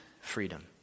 freedom